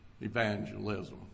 evangelism